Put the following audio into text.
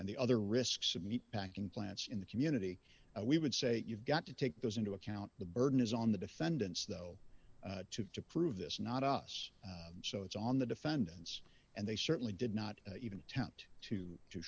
and the other risks of meat packing plants in the community we would say you've got to take those into account the burden is on the defendants though to prove this not us so it's on the defendants and they certainly did not even attempt to to